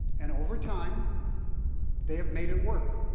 and over time they have made it work.